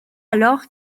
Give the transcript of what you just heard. alors